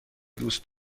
دوست